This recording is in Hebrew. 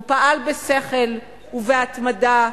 והוא פעל בשכל ובהתמדה,